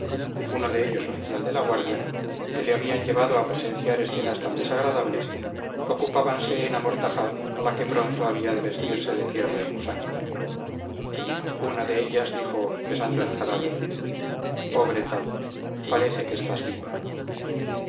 y los dos amigos de ibraim uno de ellos oficial de la guardia que le habían llevado a presenciar escenas tan desagradables ocupábanse en amortajar a la que pronto había de vestirse de tierra y gusanos una de ellas dijo besando el cadáver pobre tal parece que estás viva